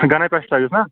گٔنے paste سایڈٔس نا